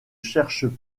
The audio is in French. cherchent